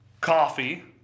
Coffee